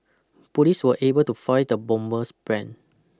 police were able to foil the bomber's plan